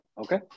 Okay